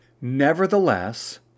nevertheless